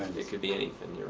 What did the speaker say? it could be any